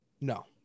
No